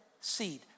seed